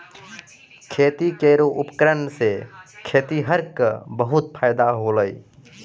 खेती केरो उपकरण सें खेतिहर क बहुत फायदा होलय